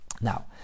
Now